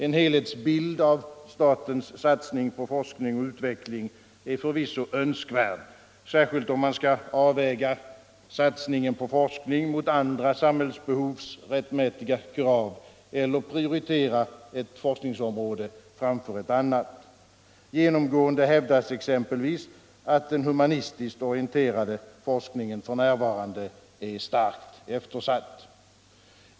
En helhetsbild av statens satsning på forskning och utveckling är förvisso önskvärd, särskilt om man skall avväga satsningen på forskning mot andra samhällsbehovs rättmätiga krav eller prioritera ett forskningsområde framför ett annat. Genomgående hävdas exempelvis att den humanistiskt orienterade forskningen för närvarande är starkt eftersatt.